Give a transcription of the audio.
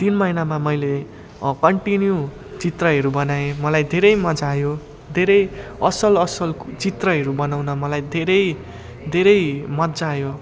तिन महिनामा मैले कन्टिन्यू चित्रहरू बनाएँ मलाई धेरै मजा आयो धेरै असल असल चित्रहरू बनाउन मलाई धेरै धेरै मजा आयो